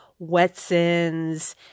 Wetsons